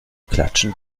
klatschen